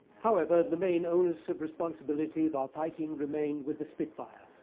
however, the main onus of responsibility of our fighting remained with the spitfire,